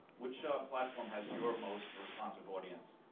which ah platform has your most responsive audience?